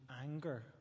anger